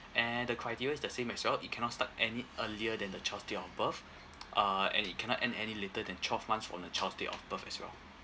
and the criteria is the same as well it cannot start any earlier than the child's date of birth uh and it cannot end any later than twelve months from the child's date of birth as well